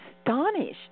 astonished